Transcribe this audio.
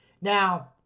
Now